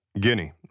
Guinea